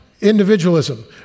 individualism